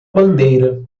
bandeira